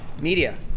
media